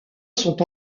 sont